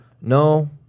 no